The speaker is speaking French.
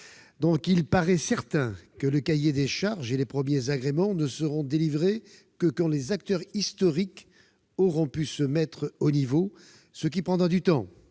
date. Il paraît certain que le cahier des charges et les premiers agréments ne seront délivrés que quand les acteurs historiques auront pu se mettre au niveau, ce qui, j'en suis